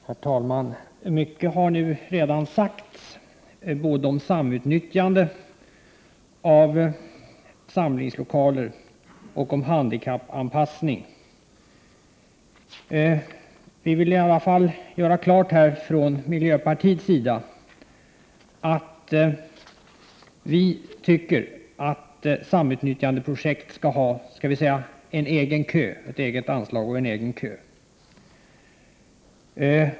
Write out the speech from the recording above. Herr talman! Mycket har redan sagts både om samnyttjande av samlingslokaler och om handikappanpassning. Vi vill från miljöpartiets sida göra klart här att vi tycker att samnyttjandeprojekt skall ha ett eget anslag och en egen kö.